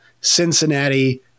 Cincinnati